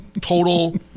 total